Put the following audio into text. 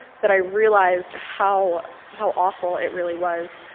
that i realized how, how awful it really was.